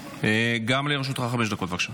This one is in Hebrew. גם לרשותך חמש דקות, בבקשה.